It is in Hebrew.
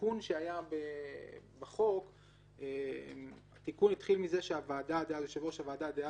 התיקון שהיה בחוק התחיל מה שיושב-ראש הוועדה אז,